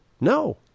No